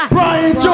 Brian